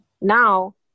Now